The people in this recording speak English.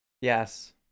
Yes